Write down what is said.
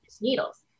needles